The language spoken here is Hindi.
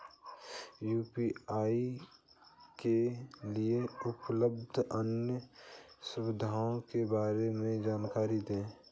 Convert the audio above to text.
यू.पी.आई के लिए उपलब्ध अन्य सुविधाओं के बारे में जानकारी दें?